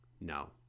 no